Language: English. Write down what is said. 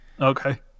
Okay